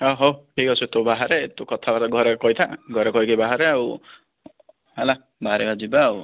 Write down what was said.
ହଁ ହଉ ଠିକ୍ ଅଛି ତୁ ବାହାରେ ତୁ କଥାବାର୍ତ୍ତା ଘରେ କହିଥା ଘରେ କହିକି ବାହାରେ ଆଉ ହେଲା ବାହାରିବା ଯିବା ଆଉ ହଉ